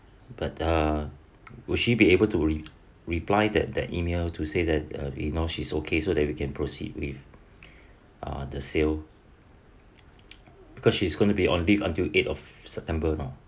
but uh will she be able to re~ reply that that email to say that you know she's okay so that we can proceed with uh the sale because she's going to be on leave until eight of september oh